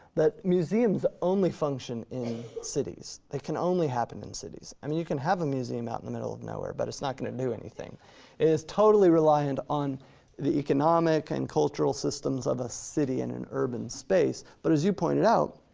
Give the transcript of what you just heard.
that museums only function in cities. they can only happen in cities. i mean, you can have a museum out in the middle of nowhere, but it's not gonna do anything. it is totally reliant on the economic and cultural systems of a city in an urban space, but as you pointed out,